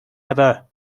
ever